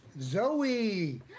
Zoe